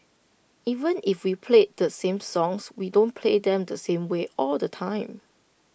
even if we play the same songs we don't play them the same way all the time